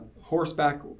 horseback